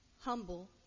humble